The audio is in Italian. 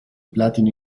platino